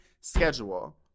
schedule